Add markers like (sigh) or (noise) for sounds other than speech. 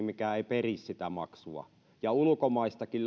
(unintelligible) mikä ei peri sitä maksua ja ulkomaistakin (unintelligible)